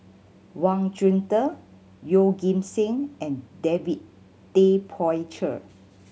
Wang Chunde Yeoh Ghim Seng and David Tay Poey Cher